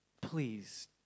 Please